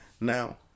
Now